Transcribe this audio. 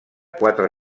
quatre